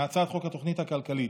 מהצעת חוק התוכנית הכלכלית.